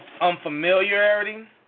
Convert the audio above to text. unfamiliarity